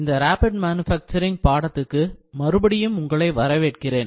இந்த rapid manufacturing பாடத்துக்கு மறுபடியும் உங்களை வரவேற்கிறேன்